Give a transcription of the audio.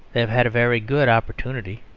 have had a very good opportunity.